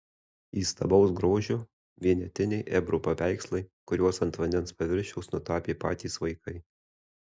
įstabaus grožio vienetiniai ebru paveikslai kuriuos ant vandens paviršiaus nutapė patys vaikai